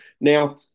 Now